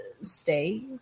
stay